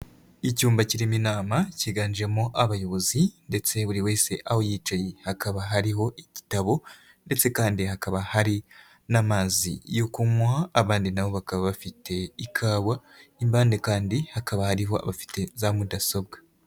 Icyumba kirimo inama, cyiganjemo abayobozi ndetse buri wese aho yicaye, hakaba hariho igitabo ndetse kandi hakaba hari n'amazi yo kumunywa, abandi na bo bakaba bafite ikawa, impande kandi hakaba hariho abafite za mudasobwa.